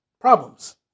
problems